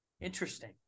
Interesting